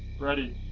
ready.